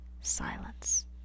Silence